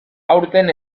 aurten